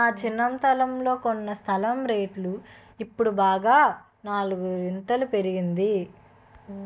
నా చిన్నతనంలో కొన్న స్థలం రేటు ఇప్పుడు బాగా నాలుగింతలు పెరిగింది